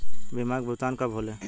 बीमा के भुगतान कब कब होले?